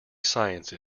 science